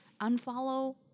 unfollow